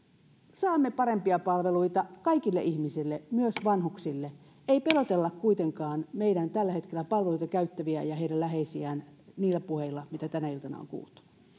saamme parempia palveluita kaikille ihmisille myös vanhuksille ei pelotella kuitenkaan meidän tällä hetkellä palveluita käyttäviä ja heidän läheisiään niillä puheilla mitä tänä iltana on kuultu